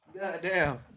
Goddamn